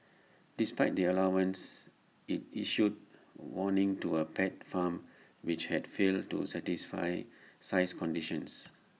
despite the allowance IT issued A warning to A pet farm which had failed to satisfy size conditions